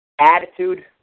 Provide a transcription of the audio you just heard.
attitude